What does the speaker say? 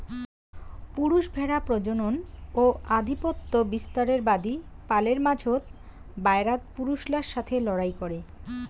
পুরুষ ভ্যাড়া প্রজনন ও আধিপত্য বিস্তারের বাদী পালের মাঝোত, বায়রাত পুরুষলার সথে লড়াই করে